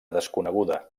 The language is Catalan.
desconeguda